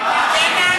הצבעה.